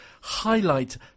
highlight